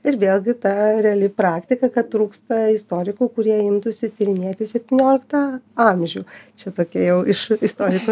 ir vėlgi ta reali praktika kad trūksta istorikų kurie imtųsi tyrinėti septynioliktą amžių čia tokia jau iš istorikų